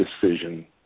decision